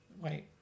Wait